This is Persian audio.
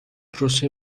پروسه